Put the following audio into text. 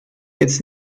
its